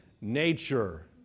nature